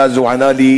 והוא ענה לי: